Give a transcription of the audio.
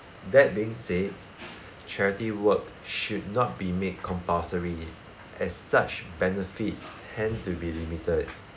that being said charity work should not be made compulsory as such benefits tend to be limited